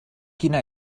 quina